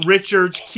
Richards